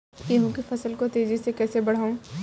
गेहूँ की फसल को तेजी से कैसे बढ़ाऊँ?